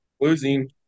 Losing